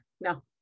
no